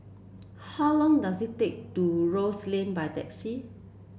how long does it take to Rose Lane by taxi